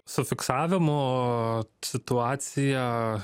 su fiksavimu situacija